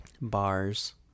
bars